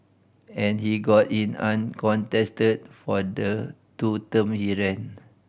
and he got in uncontested for the two term he ran